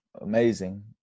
amazing